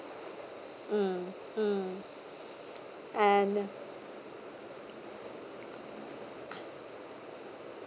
mm mm and